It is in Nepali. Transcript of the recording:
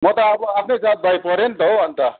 म त अब आफ्नै जात भाइ परेँ नि त हौ अन्त